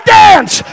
dance